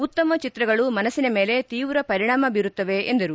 ಉತ್ತಮ ಚಿತ್ರಗಳು ಮನಸ್ಪಿನ ಮೇಲೆ ತೀವ್ರ ಪರಿಣಾಮ ಬೀರುತ್ತವೆ ಎಂದರು